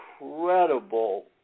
incredible